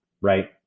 right